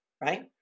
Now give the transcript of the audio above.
right